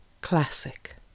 Classic